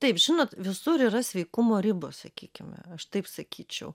taip žinot visur yra sveikumo ribos sakykime aš taip sakyčiau